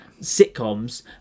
sitcoms